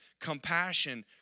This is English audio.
compassion